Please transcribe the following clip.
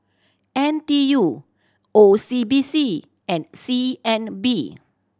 N T U O C B C and C N B